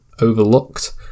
overlooked